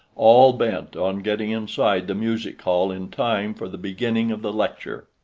all bent on getting inside the music hall in time for the beginning of the lecture.